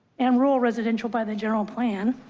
and rural residential by the general plan